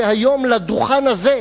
והיום לדוכן הזה,